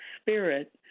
spirit